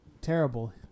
terrible